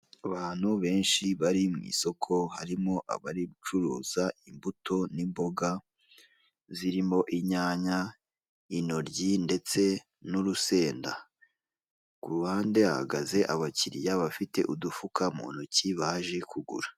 Abantu benshi bari mu isoko harimo abari gucuruza imbuto n'imboga zirimo inyanya, intoryi, ndetse n'urusenda, ku ruhande hahagaze abakiriya bafite udufuka mu ntoki baje kugura.